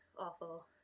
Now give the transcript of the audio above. awful